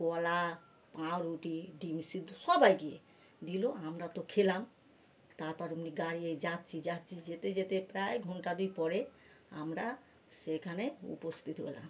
কলা পাউরুটি ডিম সিদ্ধ সবাইকে দিল আমরা তো খেলাম তারপর ওমনি গাড়িয়েই যাচ্ছি যাচ্ছি যেতে যেতে প্রায় ঘণ্টা দুই পরে আমরা সেখানে উপস্থিত হলাম